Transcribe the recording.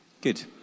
Good